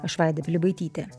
aš vaida pilibaitytė